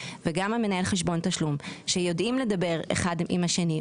וגם מנהל חשבון תשלום שיודעים לדבר אחד עם השני,